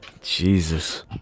jesus